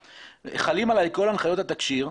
חלים עליי כל הנחיות התקשי"ר,